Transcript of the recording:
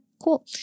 cool